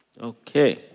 Okay